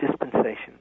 dispensation